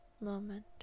moment